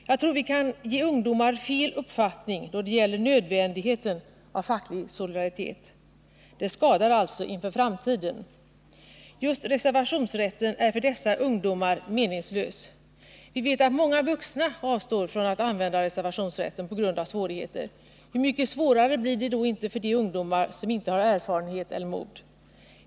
Jag tror vi kan ge ungdomar fel uppfattning då det gäller nödvändigheten av facklig solidaritet. Det skadar alltså inför framtiden. Just reservationsrät ten är för dessa ungdomar meningslös. Vi vet att många vuxna avstår från att använda reservationsrätten på grund av svårigheter. Hur mycket svårare blir det då inte för de ungdomar som inte har erfarenhet eller mod.